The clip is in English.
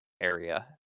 area